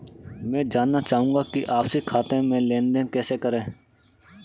मैं जानना चाहूँगा कि आपसी खाते में लेनदेन कैसे करें?